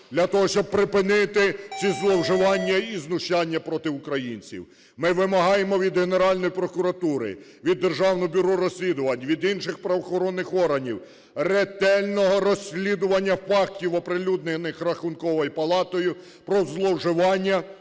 для того щоб припинити ці зловживання і знущання проти українців. Ми вимагаємо від Генеральної прокуратури, від Державного бюро розслідувань, від інших правоохоронних органів ретельного розслідування фактів, оприлюднених Рахунковою палатою про зловживання